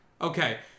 Okay